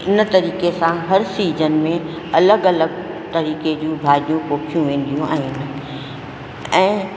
इन करे तरीक़े सां हर सीजन में अलॻि अलॻि तरीक़े जूं भाॼियूं पोखियूं वेंदियूं आहिनि ऐं